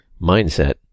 mindset